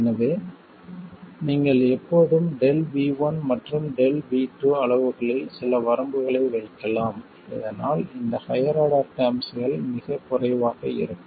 எனவே நீங்கள் எப்போதும் ΔV1 மற்றும் ΔV2 அளவுகளில் சில வரம்புகளை வைக்கலாம் இதனால் இந்த ஹையர் ஆர்டர் டெர்ம்ஸ்கள் மிகக் குறைவாக இருக்கும்